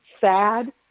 sad